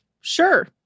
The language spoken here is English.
sure